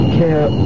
care